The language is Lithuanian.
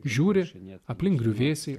žiūri ne aplink griuvėsiai